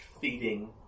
feeding